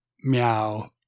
Meow